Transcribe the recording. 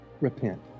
repent